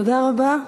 תודה רבה.